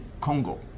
congo